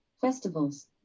festivals